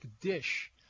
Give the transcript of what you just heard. dish